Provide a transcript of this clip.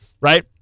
Right